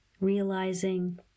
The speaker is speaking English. realizing